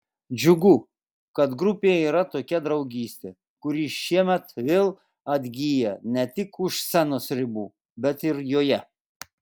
džiugu kad grupėje yra tokia draugystė kuri šiemet vėl atgyja ne tik už scenos ribų bet ir joje